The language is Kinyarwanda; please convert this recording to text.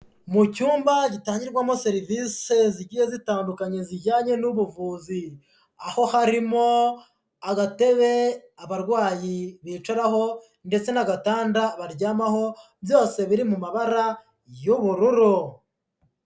Mu cyumba gitangirwamo serivisi zigiye zitandukanye zijyanye n'ubuvuzi, aho harimo agatebe abarwayi bicaraho ndetse n'agatanda baryamaho, byose biri mu mabara y'ubururu.